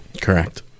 Correct